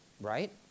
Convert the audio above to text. right